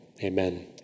amen